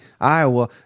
Iowa